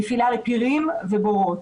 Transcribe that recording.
נפילה לפירים ובורות.